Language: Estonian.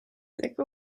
tegu